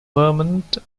vermont